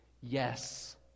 Yes